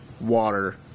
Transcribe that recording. water